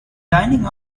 dining